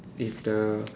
if the